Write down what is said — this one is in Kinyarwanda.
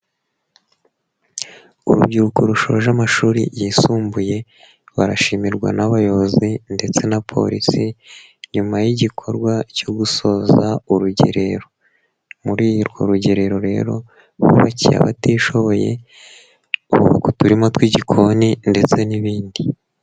Urubyiruko rushoje amashuri yisumbuye, bashimirwa n'abayobozi ndetse na polisi nyuma y'igikorwa cyo gusoza urugerero, muri urwo rugerero rero bubakiye abatishoboye, kubaka uturirimo tw'igikoni ndetse n'ibindi.